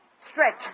Stretch